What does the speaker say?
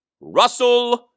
Russell